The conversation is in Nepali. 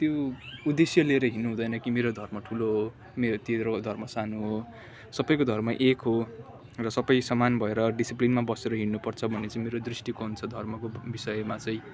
त्यो उद्देश्य लिएर हिँड्नु हुँदैन कि मेरो धर्म ठुलो हो तेरो धर्म सानो हो सबैको धर्म एक हो र सबै समान भएर डिसिप्लिनमा बसेर हिँड्नुपर्छ भन्ने चाहिँ मेरो दृष्टिकोण छ धर्मको विषयमा चाहिँ